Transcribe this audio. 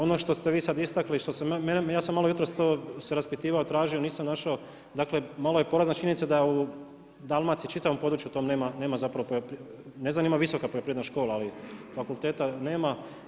Ono što ste vi sad istakli, ja sam malo jutros to se raspitivao, tražio, nisam našao, dakle, malo je porazna činjenica da u Dalmaciji, da u čitavom području tom nema, nema zapravo, ne znam da li ima visoka poljoprivredna škola, ali fakulteta nema.